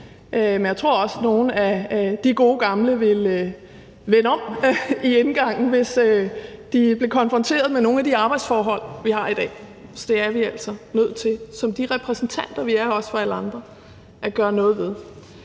Men jeg tror også, at nogle af de gode gamle politikere ville vende om i indgangen, hvis de blev konfronteret med nogle af de arbejdsforhold, vi har i dag. Så det er vi altså nødt til som de repræsentanter, vi også er for alle andre, at gøre noget ved